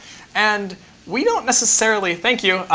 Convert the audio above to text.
and we don't necessarily thank you.